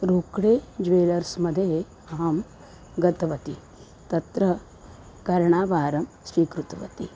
रूक्डे ज्वेलर्स्मध्ये अहं गतवती तत्र कर्णाभरणं स्वीकृतवती